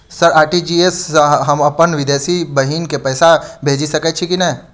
Sir RTGS सँ हम अप्पन विदेशी बहिन केँ पैसा भेजि सकै छियै की नै?